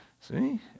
See